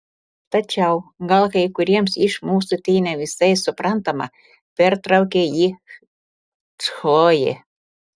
tačiau gal kai kuriems iš mūsų tai ne visai suprantama pertraukė jį chlojė